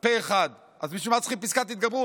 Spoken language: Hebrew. פה אחד, אז בשביל מה צריכים פסקת התגברות?